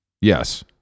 yes